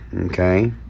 okay